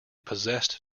possessed